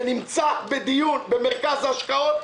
זה נמצא בדיון במרכז ההשקעות.